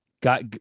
got